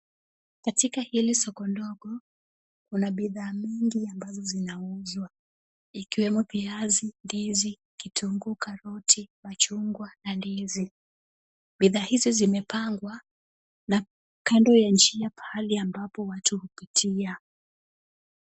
Katika hili soko ndogo, kuna bidhaa mingi ambazo zinauzwa ikiwemo viazi, ndizi, kitunguu, karoti, machungwa na ndizi .Bidhaa hizi zimepangwa na kando ya njia pahali ambapo watu hupitia.